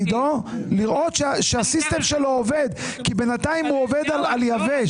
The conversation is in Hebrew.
לראות שהסיסטם שלו עובד כי בינתיים הוא עובד על יבש.